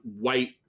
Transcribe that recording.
white